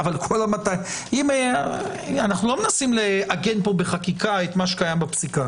אנו לא מנסים לעגן פה בחקיקה את מה שקיים בפסיקה.